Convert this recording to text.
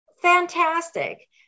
fantastic